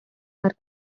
are